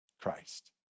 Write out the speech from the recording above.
Christ